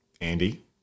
Andy